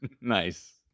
Nice